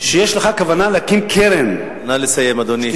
שיש לך כוונה להקים קרן, נא לסיים, אדוני.